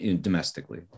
domestically